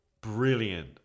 brilliant